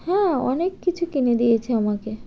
হ্যাঁ অনেক কিছু কিনে দিয়েছে আমাকে